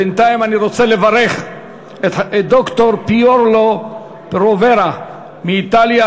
בינתיים אני רוצה לברך את ד"ר פיורלו פרוברה מאיטליה,